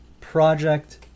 project